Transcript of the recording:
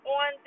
on